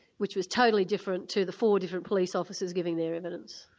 which was totally different to the four different police officers giving their evidence.